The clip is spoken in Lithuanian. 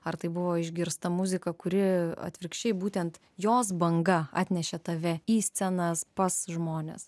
ar tai buvo išgirsta muzika kuri atvirkščiai būtent jos banga atnešė tave į scenas pas žmones